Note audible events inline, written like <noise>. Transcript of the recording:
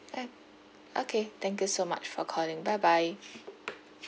<noise> okay thank you so much for calling bye bye